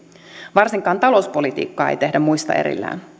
varsinkaan talouspolitiikkaa ei tehdä muista erillään